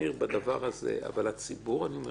מחמיר בדבר הזה אבל לציבור אני אומר